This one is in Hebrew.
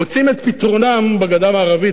מוצאים את פתרונם בגדה המערבית,